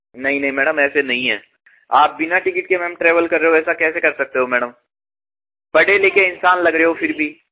नहीं नहीं मैडम ऐसे नहीं है आप बिना टिकट के मेम ट्रैवल कर रहे हो ऐसा कैसे कर सकते हो मैडम पढ़े लिखे इंसान लग रहे हो फिर भी